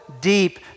deep